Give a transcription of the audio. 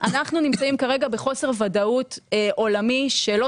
אנחנו נמצאים כרגע בחוסר ודאות עולמי שלא